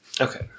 Okay